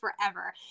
forever